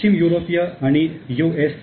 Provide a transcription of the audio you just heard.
पश्चिम युरोपीय आणि यु एस